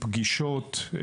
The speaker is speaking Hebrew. פגישות,